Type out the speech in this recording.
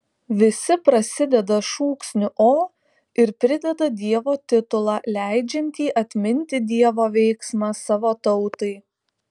visi prasideda šūksniu o ir prideda dievo titulą leidžiantį atminti dievo veiksmą savo tautai